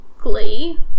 glee